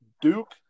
Duke